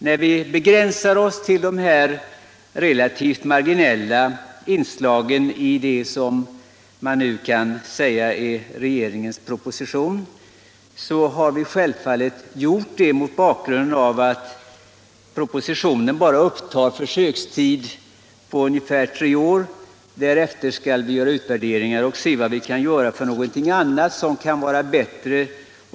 När vi begränsar oss till de relativt marginella inslagen i regeringens proposition sker det självfallet mot bakgrunden av att propositionen bara upptar en försökstid på tre år. Därefter skall vi göra utvärderingar och se vad annat och bättre som kan göras.